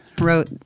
wrote